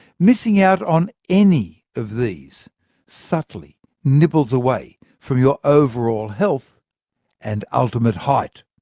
missing out on any of these subtly nibbles away from your overall health and ultimate height.